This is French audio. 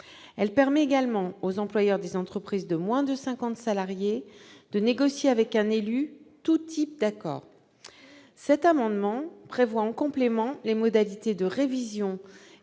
Elle permettra également aux employeurs des entreprises de moins de 50 salariés de négocier avec un salarié élu tout type d'accord. Cet amendement prévoit en complément les modalités de révision